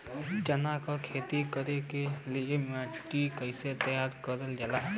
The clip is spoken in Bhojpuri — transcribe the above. चना की खेती कर के लिए मिट्टी कैसे तैयार करें जाला?